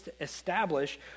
establish